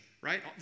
right